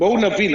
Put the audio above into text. בואו נבין,